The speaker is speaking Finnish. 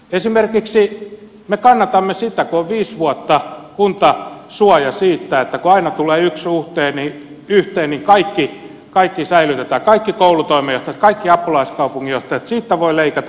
esimerkiksi me kannatamme sitä että kun on viisi vuotta kuntasuoja niin että aina kun tulee yksi yhteen niin kaikki säilytetään kaikki koulutoimenjohtajat kaikki apulaiskaupunginjohtajat että siitä voi leikata